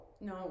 no